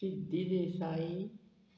Siddi Desai